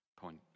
point